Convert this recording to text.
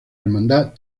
hermandad